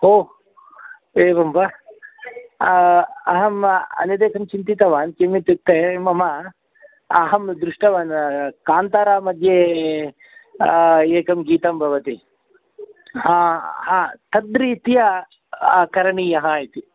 ओ एवं वा अहम् अन्यत् एकं चिन्तितवान् किमित्युक्ते मम अहं दृष्टवान् कान्तारा मध्ये एकं गीतं भवति हा हा तद्रीत्या करणीयः इति